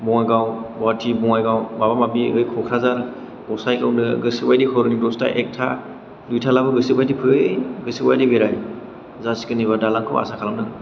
बङाइगाव गुवाहाटि बङाइगाव माबा माबि बै कक्राझार गसाइगावनो गोसो बायदि हरनि दसथा एखथा दुइथालाबो गोसो बायदि फै गोसो बायदि बेराय जासिगोन ओइबार दालांखौ आसा खालामदों